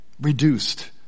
reduced